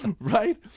Right